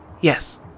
yes